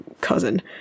cousin